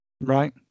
Right